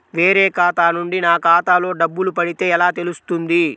వేరే ఖాతా నుండి నా ఖాతాలో డబ్బులు పడితే ఎలా తెలుస్తుంది?